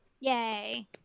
Yay